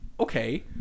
okay